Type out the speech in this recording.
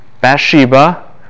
Bathsheba